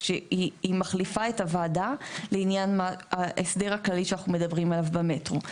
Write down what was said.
כשהיא מחליפה את הוועדה לעניין ההסדר הכללי שאנחנו מדברים עליו במטרו.